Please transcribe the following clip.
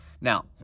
Now